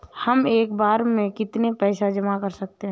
हम एक बार में कितनी पैसे जमा कर सकते हैं?